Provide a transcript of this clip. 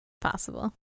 possible